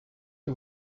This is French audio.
que